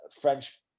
French